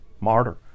martyr